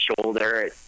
shoulder